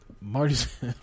Marty's